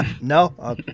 No